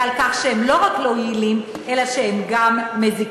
ועל כך שהם לא רק לא יעילים אלא הם גם מזיקים.